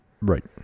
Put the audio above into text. Right